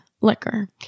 liquor